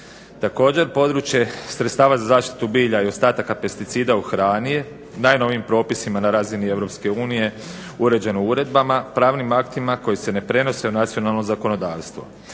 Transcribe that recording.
Također područje sredstava za zaštitu bilja i ostataka pesticida u hrani je najnovijim propisima na razini Europske Unije uređeno uredbama, pravnim aktima koji se ne prenose u nacionalno zakonodavstvo.